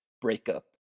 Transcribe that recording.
breakup